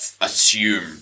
assume